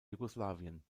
jugoslawien